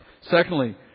Secondly